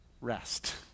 rest